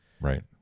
right